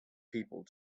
people